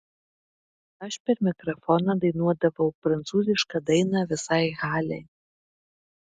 aš per mikrofoną dainuodavau prancūzišką dainą visai halei